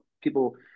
people –